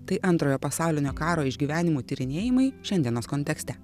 tai antrojo pasaulinio karo išgyvenimų tyrinėjimai šiandienos kontekste